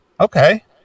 okay